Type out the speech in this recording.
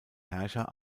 herrscher